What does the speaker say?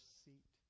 seat